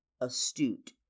astute